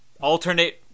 alternate